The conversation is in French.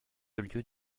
lieu